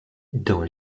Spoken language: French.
dans